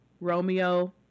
Romeo